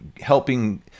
helping